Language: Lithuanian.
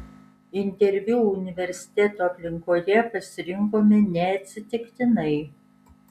interviu universiteto aplinkoje pasirinkome neatsitiktinai